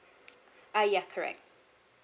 uh ya correct